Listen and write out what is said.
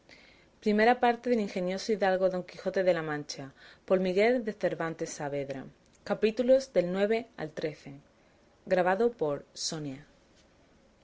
segunda parte del ingenioso caballero don quijote de la mancha por miguel de cervantes saavedra